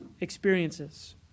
experiences